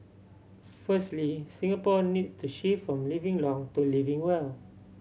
firstly Singapore needs to shift from living long to living well